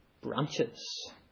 branches